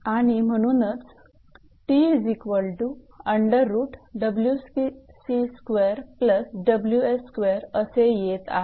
आणि म्हणूनच असे येत आहे